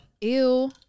ew